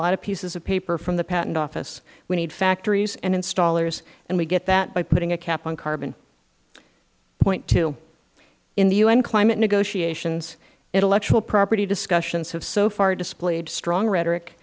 of pieces of paper from the patent office we need factories and installers and we get that by putting a cap on carbon point two in the u n climate negotiations intellectual property discussions have so far displayed strong rhetoric